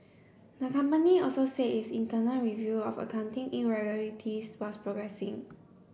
the company also said its internal review of accounting irregularities was progressing